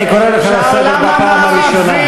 אני קורא אותך לסדר בפעם הראשונה.